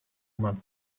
might